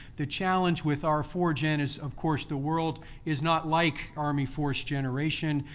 the challenge with arforgen is of course, the world is not like army force generation.